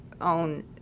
own